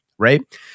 Right